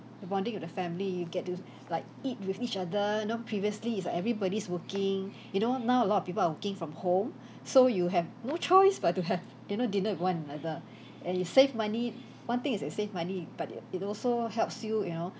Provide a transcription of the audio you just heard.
the bonding with the family you get to like eat with each other you know previously it's everybody's working you know now a lot of people are working from home so you have no choice but to have you know dinner with one another and you save money one thing is that save money but i~ it also helps you you know